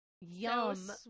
Yum